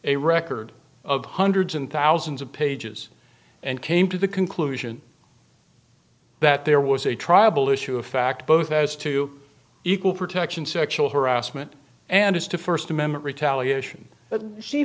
a record of hundreds and thousands of pages and came to the conclusion that there was a tribal issue a fact both as to equal protection sexual harassment and as to first amendment